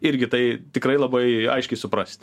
irgi tai tikrai labai aiškiai suprast